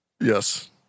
Yes